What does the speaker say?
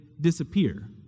disappear